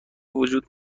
وجود